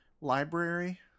library